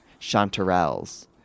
chanterelles